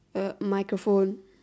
uh microphone